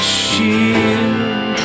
shield